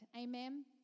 Amen